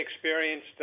experienced